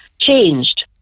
changed